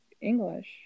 English